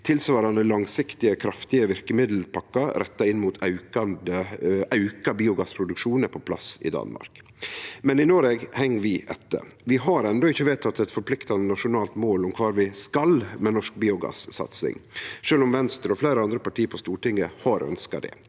Tilsvarande langsiktige, kraftige verkemiddelpakkar retta inn mot auka biogassproduksjon er på plass i Danmark. I Noreg heng vi etter. Vi har enno ikkje vedteke eit forpliktande nasjonalt mål om kvar vi skal med norsk biogass-satsing, sjølv om Venstre og fleire andre parti på Stortinget har ønskt det.